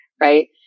right